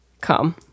come